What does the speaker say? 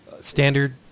standard